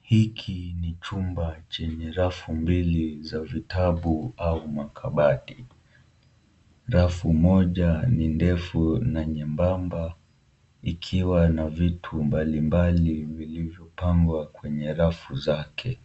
Hiki ni chumba chenye rafu mbili za vitabu au makabati, rafu moja ni ndefu na nyembamba, ikiwa na vitu mbalimbali vilivyopangwa kwenye rafu zake,